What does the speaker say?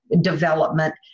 development